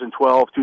2012